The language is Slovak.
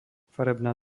farebná